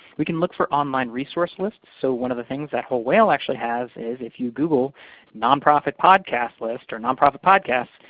we can look for online resource lists. so one of the things that whole whale actually has is, if you google nonprofit podcast list or nonprofit podcasts,